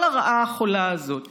כל הרעה החולה הזאת